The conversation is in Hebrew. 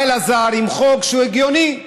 בא אלעזר עם חוק שהוא הגיוני: